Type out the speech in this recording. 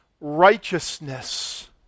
righteousness